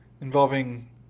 involving